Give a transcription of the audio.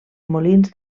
molins